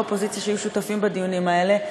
אופוזיציה שהיו שותפים בדיונים האלה,